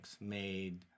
made